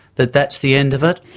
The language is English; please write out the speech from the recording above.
that that's the end of it?